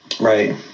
Right